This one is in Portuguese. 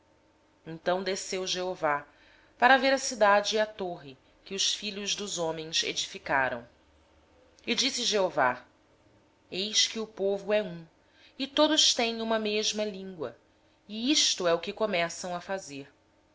então desceu o senhor para ver a cidade e a torre que os filhos dos homens edificavam e disse eis que o povo é um e todos têm uma só língua e isto é o que começam a fazer